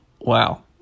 Wow